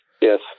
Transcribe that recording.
yes